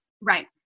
Right